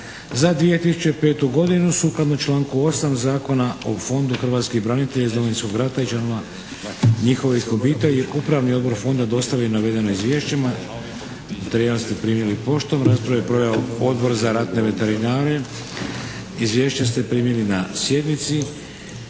za 2005. godinu Sukladno članku 8. Zakona o Fondu hrvatskih branitelja Domovinskog rata i članova njihovih obitelji Upravni odbor fonda dostavio je navedeno izvješće. Materijal ste primili poštom. Raspravu je proveo Odbor za ratne veterane. Izvješća ste primili na sjednici.